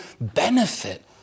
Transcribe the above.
benefit